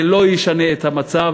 זה לא ישנה את המצב.